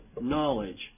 knowledge